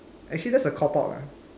actually that's a cop out [what]